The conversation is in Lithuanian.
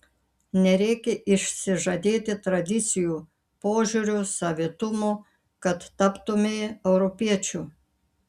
nereikia išsižadėti tradicijų požiūrio savitumo kad taptumei europiečiu